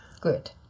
Good